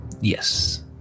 Yes